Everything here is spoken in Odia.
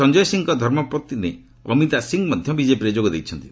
ସଞ୍ଜୟ ସିଂଙ୍କ ଧର୍ମପତ୍ନୀ ଅମିତା ସିଂ ମଧ୍ୟ ବିକେପିରେ ଯୋଗ ଦେଇଛନ୍ତି